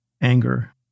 Anger